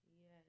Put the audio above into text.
Yes